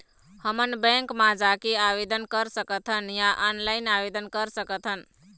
हमन बैंक मा जाके आवेदन कर सकथन या ऑनलाइन आवेदन कर सकथन?